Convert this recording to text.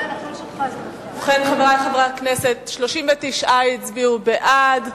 חברי חברי הכנסת, 39 הצביעו בעד.